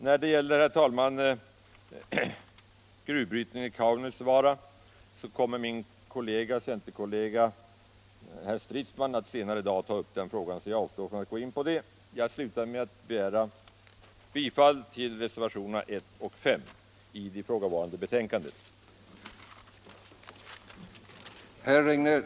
Min centerkollega herr Stridsman kommer senare i dag att ta upp frågan om gruvbrytning i Kaunisvaara, så jag avstår från att gå in på den. Jag slutar med att yrka bifall till reservationerna 1 och 5 vid näringsutskottets betänkande nr 72.